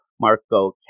Marco